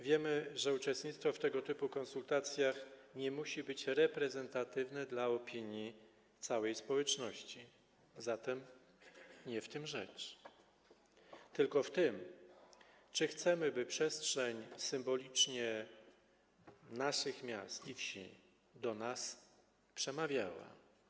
Wiemy, że uczestnictwo w tego typu konsultacjach nie musi być reprezentatywne dla opinii całej społeczności, a zatem nie w tym rzecz, tylko w tym, czy chcemy, by przestrzeń symboliczna naszych miast i wsi do nas przemawiała.